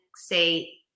say